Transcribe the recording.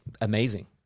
amazing